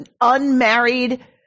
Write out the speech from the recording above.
unmarried